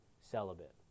celibate